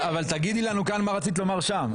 תגידי לנו כאן מה רצית לומר שם.